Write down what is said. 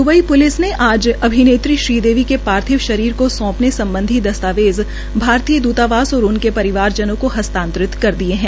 Dubai police ने आज अभिनेत्री श्रीदेवी के पार्थिव शरीर को सौंपन सम्बधी दस्तावेज भारतीय द्तावास और उनके परिजनों को हसतांतरित कर दिए है